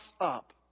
up